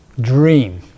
dream